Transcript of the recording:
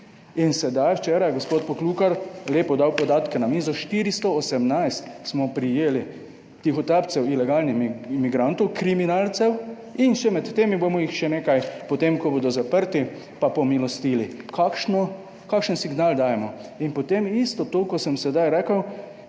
in sedaj včeraj je gospod Poklukar lepo dal podatke na mizo, 418 smo prejeli tihotapcev ilegalnih migrantov, kriminalcev in še med temi bomo jih še nekaj potem, ko bodo zaprti pa pomilostili. Kakšno, kakšen signal dajemo? In potem isto, to, kot sem sedaj rekel,